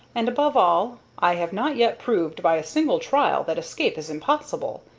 and, above all, i have not yet proved by a single trial that escape is impossible.